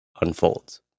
unfolds